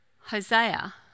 Hosea